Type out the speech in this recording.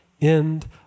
end